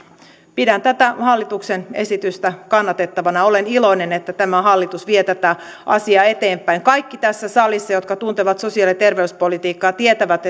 pidän tätä hallituksen esitystä kannatettavana ja olen iloinen että tämä hallitus vie tätä asiaa eteenpäin tässä salissa kaikki jotka tuntevat sosiaali ja terveyspolitiikkaa tietävät